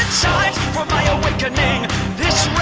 my awakening this